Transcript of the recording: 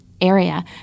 area